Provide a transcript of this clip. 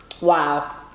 Wow